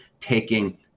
taking